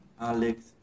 Alex